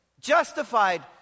justified